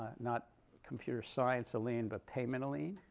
not computer science alin, but payment alin.